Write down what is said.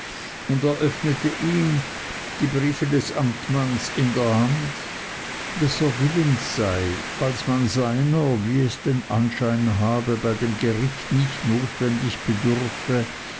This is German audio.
und eröffnete ihm die briefe des amtmanns in der hand daß er willens sei falls man seiner wie es den anschein habe bei dem gericht nicht notwendig bedürfe